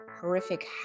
horrific